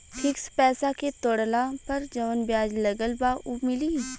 Fix पैसा के तोड़ला पर जवन ब्याज लगल बा उ मिली?